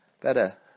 better